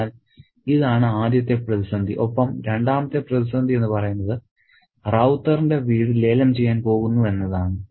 അതിനാൽ ഇതാണ് ആദ്യത്തെ പ്രതിസന്ധി ഒപ്പം രണ്ടാമത്തെ പ്രതിസന്ധി എന്ന് പറയുന്നത് റൌത്തറിന്റെ വീട് ലേലം ചെയ്യാൻ പോകുന്നു എന്നതാണ്